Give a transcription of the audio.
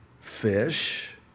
Fish